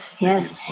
yes